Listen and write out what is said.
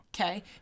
okay